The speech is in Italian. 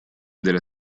della